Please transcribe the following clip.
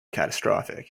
catastrophic